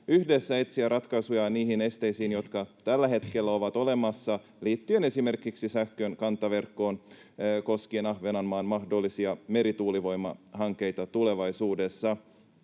yhdessä etsiä ratkaisuja niihin esteisiin, jotka tällä hetkellä ovat olemassa liittyen esimerkiksi sähkön kantaverkkoon koskien Ahvenanmaan mahdollisia merituulivoimahankkeita tulevaisuudessa.